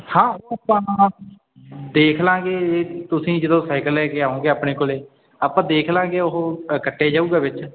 ਹਾਂ ਉਹ ਆਪਾਂ ਦੇਖ ਲਾਂਗੇ ਇਹ ਤੁਸੀਂ ਜਦੋਂ ਸਾਈਕਲ ਲੈ ਕੇ ਆਓਗੇ ਆਪਣੇ ਕੋਲ ਆਪਾਂ ਦੇਖ ਲਾਂਗੇ ਉਹ ਕੱਟਿਆ ਜਾਊਗਾ ਵਿੱਚ